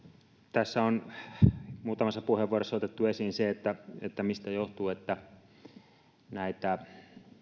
tässä on muutamassa puheenvuorossa otettu esiin se mistä johtuu että näitä